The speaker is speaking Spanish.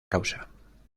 causa